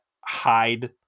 hide